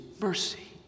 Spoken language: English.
mercy